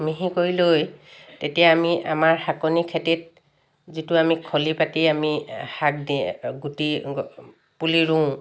মিহি কৰি লৈ তেতিয়া আমি আমাৰ শাকনি খেতিত যিটো আমি খলি পাতি আমি শাক দিয়ে গুটি পুলি ৰুওঁ